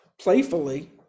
playfully